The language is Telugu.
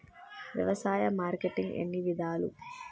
వ్యవసాయ మార్కెటింగ్ ఎన్ని విధాలు?